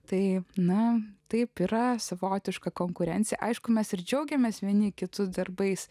tai na taip yra savotiška konkurencija aišku mes ir džiaugiamės vieni kitus darbais